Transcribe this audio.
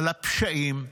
על הפשעים?